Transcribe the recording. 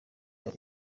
yabo